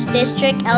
District